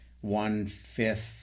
one-fifth